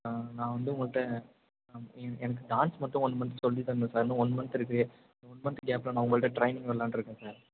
ஆ நான் வந்து உங்கள்கிட்ட எ எனக்கு டான்ஸ் மட்டும் ஒன் மந்த் சொல்லித்தரணும் சார் இன்றும் ஒன் மந்த் இருக்குது இந்த ஒன் மந்த் கேப்பில் நான் உங்கள்கிட்ட ட்ரைனிங் வரலாம்ட்ருக்கேன் சார்